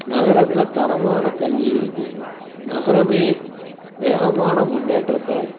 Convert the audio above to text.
நகரத்தில் தரமான கல்வி இருக்குது நகரமே வேகமான முன்னேற்றத்தை